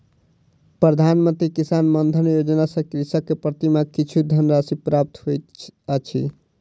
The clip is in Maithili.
प्रधान मंत्री किसान मानधन योजना सॅ कृषक के प्रति माह किछु धनराशि प्राप्त होइत अछि